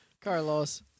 Carlos